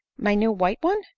my new white one!